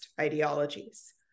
ideologies